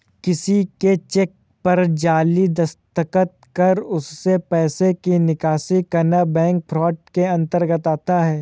किसी के चेक पर जाली दस्तखत कर उससे पैसे की निकासी करना बैंक फ्रॉड के अंतर्गत आता है